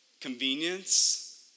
convenience